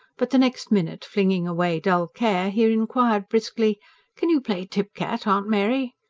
but the next minute flinging away dull care, he inquired briskly can you play tipcat, aunt mary?